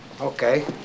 Okay